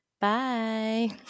Bye